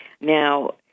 Now